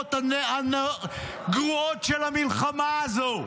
התוצאות הגרועות של המלחמה הזאת,